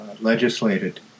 legislated